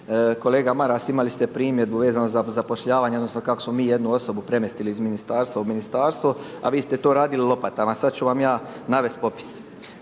Kolega Maras, imali ste primjedbu vezano za zapošljavanje odnosno kako smo mi jednu osobu premjestili iz ministarstva u ministarstvo, a vi ste to radili lopatama. Sad ću vam ja navesti popis.